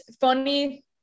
funny